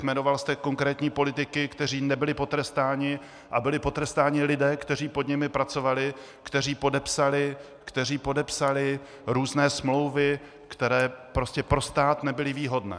Jmenoval jste konkrétní politiky, kteří nebyli potrestáni, a byli potrestáni lidé, kteří pod nimi pracovali, kteří podepsali různé smlouvy, které prostě pro stát nebyly výhodné.